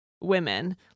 women